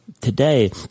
today